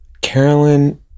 Carolyn